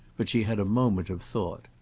but she had a moment of thought.